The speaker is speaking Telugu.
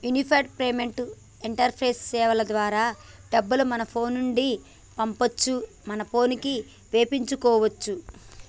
యూనిఫైడ్ పేమెంట్స్ ఇంటరపేస్ సేవల ద్వారా డబ్బులు మన ఫోను నుండి పంపొచ్చు మన పోనుకి వేపించుకోచ్చు